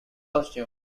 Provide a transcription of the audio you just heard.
costume